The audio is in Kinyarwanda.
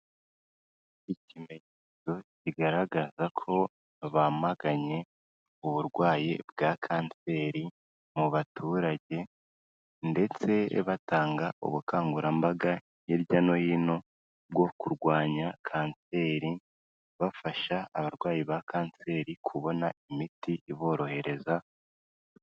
Ikimenyetso kigaragaza ko bamaganye uburwayi bwa kanseri mu baturage ndetse batanga ubukangurambaga hirya no hino bwo kurwanya kanseri bafasha abarwayi ba kanseri kubona imiti iborohereza...